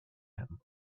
him